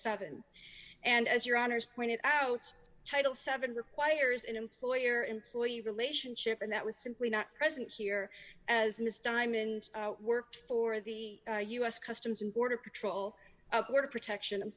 seven and as your honour's pointed out title seven requires an employer employee relationship and that was simply not present here as miss diamond worked for the u s customs and border patrol were protection i'm